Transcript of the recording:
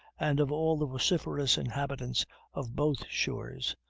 and of all the vociferous inhabitants of both shores,